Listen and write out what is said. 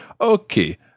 Okay